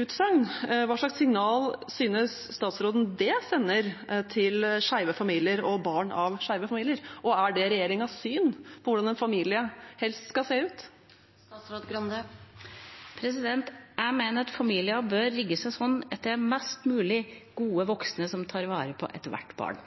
utsagn. Hva slags signal synes statsråden dette sender til skeive familier – og til barn i skeive familier? Og er det regjeringens syn på hvordan en familie helst skal se ut? Jeg mener at familier bør rigge seg slik at det er flest mulig gode voksne som tar vare på ethvert barn,